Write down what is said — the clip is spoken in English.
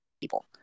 People